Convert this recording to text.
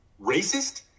racist